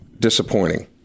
Disappointing